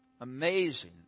Amazing